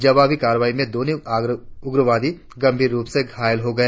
जवाबी कार्रवाई में दोनों उग्रवादी गंभीर रुप से घायल हो गए